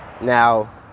now